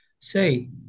Say